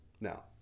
Now